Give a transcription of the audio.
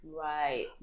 Right